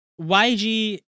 YG